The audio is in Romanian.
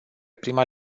prima